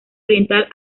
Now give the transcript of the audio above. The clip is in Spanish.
oriental